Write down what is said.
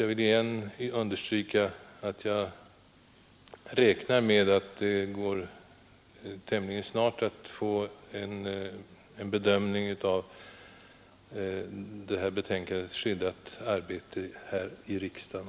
Jag vill igen understryka att jag räknar med att vi tämligen snart kan få en bedömning av betänkandet Skyddat arbete också här i riksdagen.